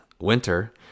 winter